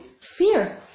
Fear